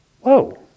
whoa